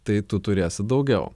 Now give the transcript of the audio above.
tai tu turėsi daugiau